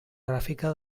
gràfica